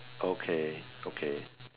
okay okay